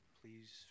Please